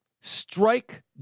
strike